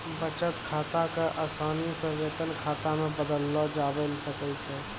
बचत खाता क असानी से वेतन खाता मे बदललो जाबैल सकै छै